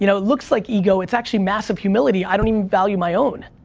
you know it looks like ego, it's actually massive humility. i don't even value my own.